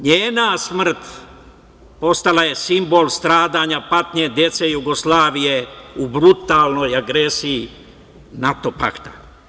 Njena smrt postala je simbol stradanja, patnje dece Jugoslavije u brutalnoj agresiji NATO-pakta.